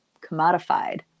commodified